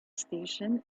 station